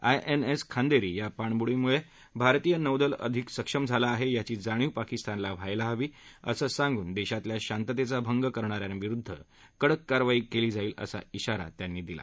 I N S Khanderi या पाणबुडीमुळे भारतीय नौदल अधिक सक्षम झालं आहे याची जाणीव पाकिस्तानला व्हायला हवी असं सांगून देशातल्या शांततेचा भंग करणाऱ्यांविरुद्ध कडक कारवाई केली जाईल असा इशारा त्यांनी दिला